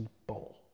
people